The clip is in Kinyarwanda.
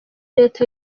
leta